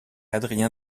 adrien